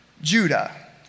Judah